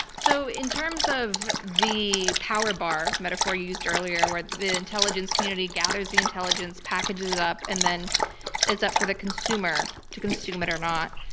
so in terms of the power bar metaphor you used earlier, where the intelligence community gathers the intelligence, packages it up, and then it's up to the consumer to consume it or not,